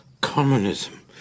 communism